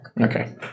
Okay